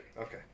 Okay